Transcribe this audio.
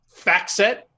FactSet